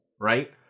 right